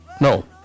no